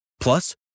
Plus